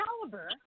caliber